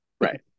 right